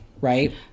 right